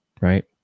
right